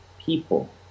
people